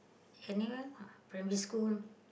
anywhere lah primary school